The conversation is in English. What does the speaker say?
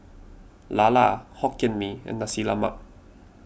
Lala Hokkien Mee and Nasi Lemak